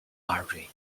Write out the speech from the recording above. audrey